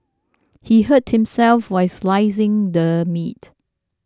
he hurt himself while slicing the meat